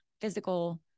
physical